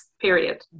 period